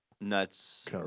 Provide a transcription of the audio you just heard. nuts